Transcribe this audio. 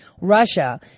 Russia